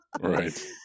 Right